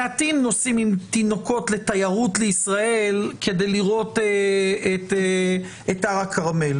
מעטים נוסעים עם תינוקות לישראל לתיירות כדי לראות את הר הכרמל,